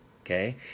Okay